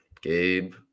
Gabe